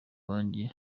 wanjye